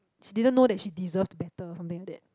she didn't know that she deserved better or something like that